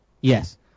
yes